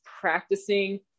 practicing